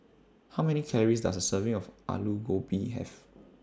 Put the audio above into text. How Many Calories Does A Serving of Aloo Gobi Have